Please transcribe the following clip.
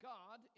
God